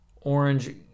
Orange